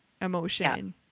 emotion